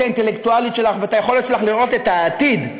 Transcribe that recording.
האינטלקטואלית שלך ואת היכולת שלך לראות את העתיד,